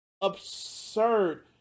absurd